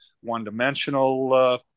one-dimensional